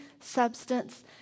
substance